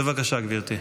בבקשה, גברתי.